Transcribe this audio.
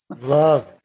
Love